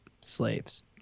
slaves